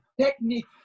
technique